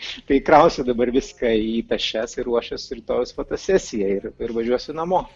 šitai krausiu dabar viską į tašes ir ruošiuos rytojaus fotosesijai ir ir važiuosiu namo